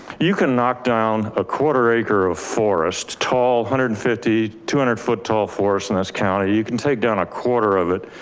you can knock down a quarter acre of forest, tall, one hundred and fifty, two hundred foot tall forests in this county, you can take down a quarter of it,